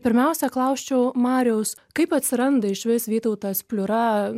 pirmiausia klausčiau mariaus kaip atsiranda išvis vytautas pliura